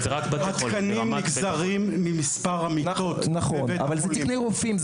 התקנים נגזרים ממספר המיטות בבית חולים.